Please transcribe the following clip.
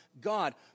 God